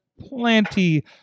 plenty